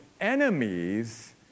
enemies